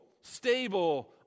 stable